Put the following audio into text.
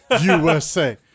USA